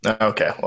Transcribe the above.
Okay